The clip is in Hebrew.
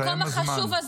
במקום החשוב הזה,